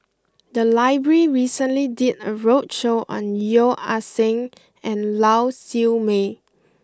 the library recently did a roadshow on Yeo Ah Seng and Lau Siew Mei